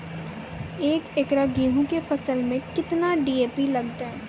एक एकरऽ गेहूँ के फसल मे केतना डी.ए.पी लगतै?